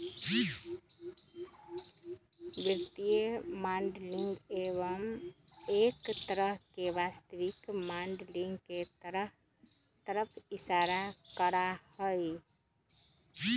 वित्तीय मॉडलिंग एक तरह से वास्तविक माडलिंग के तरफ इशारा करा हई